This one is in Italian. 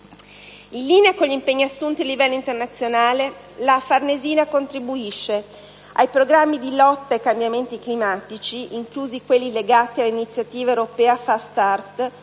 In linea con gli impegni assunti a livello internazionale, la Farnesina contribuisce ai programmi di lotta ai cambiamenti climatici, inclusi quelli legati all'iniziativa europea "*Fast Start*",